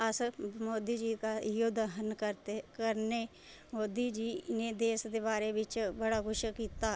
अस मोदी जी दा इयौ दहन करने मोदी जी मेरे देश दे बारे च बड़ कुछ कीता